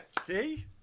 see